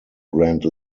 grand